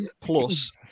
plus